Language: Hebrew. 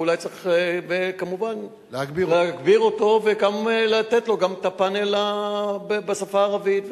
ואולי צריך כמובן להגביר אותו וגם לתת לו את הפאנל בשפה הערבית,